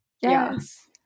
Yes